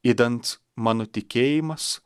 idant mano tikėjimas